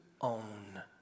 own